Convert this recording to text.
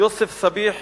יוסף סבייח